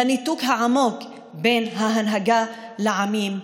לניתוק העמוק בין ההנהגה לעמים,